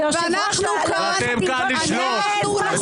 ואנחנו כאן --- אתם כאן לשלוט,